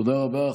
תודה רבה.